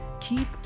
Keep